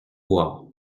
voir